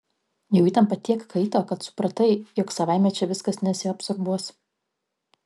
jau įtampa tiek kaito kad supratai jog savaime čia viskas nesiabsorbuos